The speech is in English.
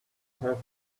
have